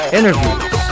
Interviews